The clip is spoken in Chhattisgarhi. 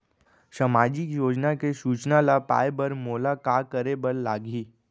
सामाजिक योजना के सूचना ल पाए बर मोला का करे बर लागही?